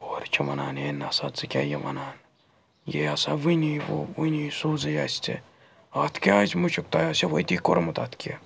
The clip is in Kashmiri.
ہورٕ چھِ وَنان ہیے نَسا ژٕ کیٛاہ یہِ وَنان یہِ آسان وٕنی وٕنی سوٗزٕے اَسہِ ژےٚ اَتھ کیٛاہ آسہِ مُشُک تۄہہِ آسیو وتی کوٚرمُت اَتھ کیٚنٛہہ